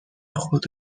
خود